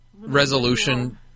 resolution